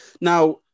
Now